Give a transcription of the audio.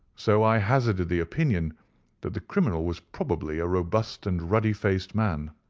so i hazarded the opinion that the criminal was probably a robust and ruddy-faced man.